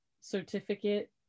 certificate